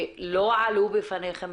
שלא עלו בפניכם,